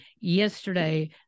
yesterday